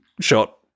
shot